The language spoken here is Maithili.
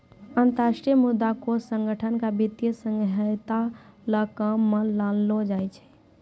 अन्तर्राष्ट्रीय मुद्रा कोष संगठन क वित्तीय सहायता ल काम म लानलो जाय छै